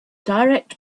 direct